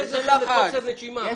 בלחץ.